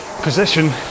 position